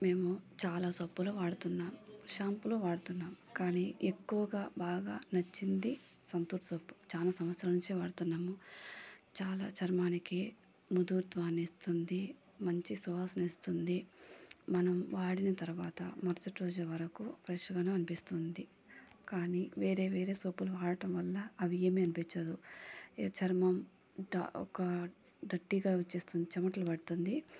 మేము చాలా సబ్బులు వాడుతున్నాం షాంపులు వాడుతున్నాం కానీ ఎక్కువగా బాగా నచ్చింది సంతూర్ సబ్బు చాలా సంవత్సరాల నుంచి వాడుతున్నాము చాలా చర్మానికి మృదుత్వాన్ని ఇస్తుంది మంచి సువాసనని ఇస్తుంది మనం వాడిన తర్వాత మరుసటి రోజు వరకు ఫ్రెష్గా అనిపిస్తుంది కానీ వేరే వేరే సబ్బులు వాడటం వల్ల అవి ఏమి అనిపించదు చర్మం ఒక డర్టీగా వస్తుంది చెమటలు పడుతుంది